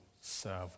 serve